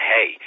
Hey